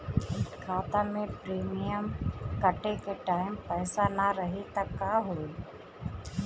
खाता मे प्रीमियम कटे के टाइम पैसा ना रही त का होई?